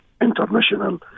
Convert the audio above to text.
international